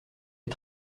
est